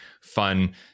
fun